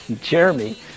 Jeremy